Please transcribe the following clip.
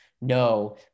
No